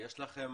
יש לכם